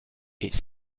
its